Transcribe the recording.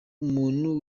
umuntu